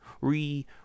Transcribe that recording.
re